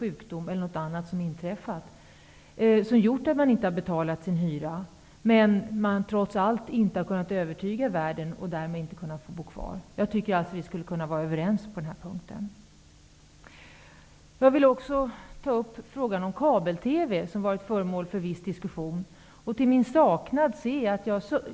Det kan vara långvarig sjukdom eller annat som har inträffat, men man har trots allt inte kunnat övertyga värden och därmed inte fått bo kvar. Jag tycker alltså att vi skulle kunna vara överens på den här punkten. Jag vill också ta upp frågan om kabel-TV, som har varit föremål för viss diskussion.